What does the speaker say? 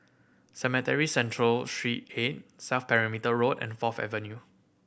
Cemetry Central Street Eight South Perimeter Road and Fourth Avenue